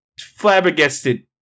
flabbergasted